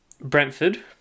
Brentford